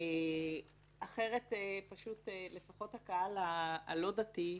אחרת לפחות הקהל הלא דתי,